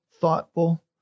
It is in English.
thoughtful